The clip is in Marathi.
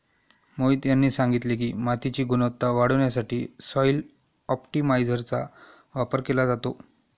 मोहित यांनी सांगितले की, मातीची गुणवत्ता वाढवण्यासाठी सॉइल ऑप्टिमायझरचा वापर केला जातो